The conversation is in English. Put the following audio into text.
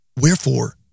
Wherefore